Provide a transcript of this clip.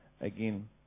again